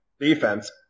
defense